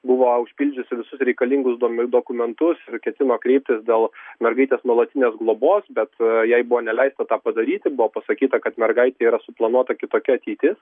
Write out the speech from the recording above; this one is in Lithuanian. buvo užpildžiusi visus reikalingus duome dokumentus ir ketino kreiptis dėl mergaitės nuolatinės globos bet jai buvo neleista tą padaryti buvo pasakyta kad mergaitei yra suplanuota kitokia ateitis